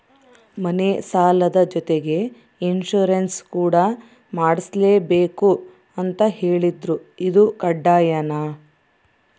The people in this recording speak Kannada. ಮನೆ ಸಾಲದ ಜೊತೆಗೆ ಇನ್ಸುರೆನ್ಸ್ ಕೂಡ ಮಾಡ್ಸಲೇಬೇಕು ಅಂತ ಹೇಳಿದ್ರು ಇದು ಕಡ್ಡಾಯನಾ?